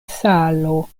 salo